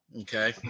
Okay